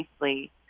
nicely